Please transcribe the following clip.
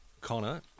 Connor